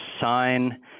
sign